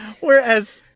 Whereas